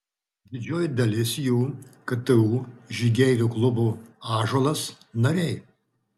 didžioji dalis jų ktu žygeivių klubo ąžuolas nariai